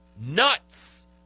nuts